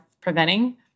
preventing